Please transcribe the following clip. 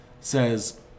Says